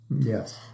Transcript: Yes